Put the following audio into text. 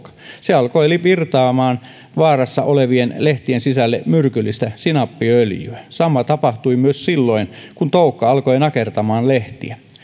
se alkoi virrata vaarassa olevien lehtien sisälle myrkyllistä sinappiöljyä sama tapahtui myös silloin kun toukka alkoi nakertamaan lehtiä